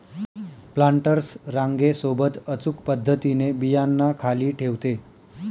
planters रांगे सोबत अचूक पद्धतीने बियांना खाली ठेवते